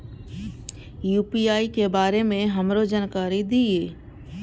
UPI के बारे में हमरो जानकारी दीय?